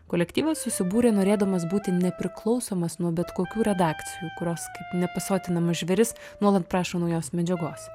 kolektyvas susibūrė norėdamas būti nepriklausomas nuo bet kokių redakcijų kurios kaip nepasotinamas žvėris nuolat prašo naujos medžiagos